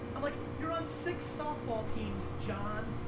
i'm like, you're on six softball teams, john.